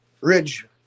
ridge